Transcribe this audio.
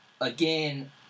again